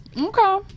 Okay